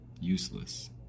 useless